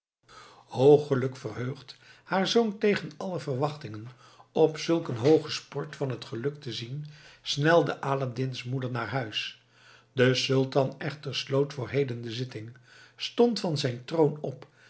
hoogelijk verheugd haar zoon tegen alle verwachting op zulk een hoogen sport van het geluk te zien snelde aladdin's moeder naar huis de sultan echter sloot voor heden de zitting stond van zijn troon op